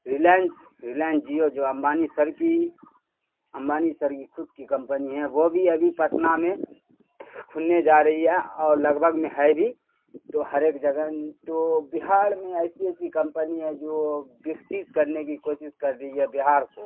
Reliance Reliance Jio جو Ambani sir کی Ambani sir کی خود کی کمپنی ہے وہ بھی ابھی پٹنہ میں کھلنے جا رہی ہے اور لگ بھگ میں ہے بھی تو ہر ایک جگہ تو بہار میں ایسی ایسی کمپنی ہے جو بکست کرنے کی کوشش کر رہی ہے بہار کو